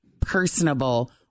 personable